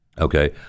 okay